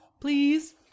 please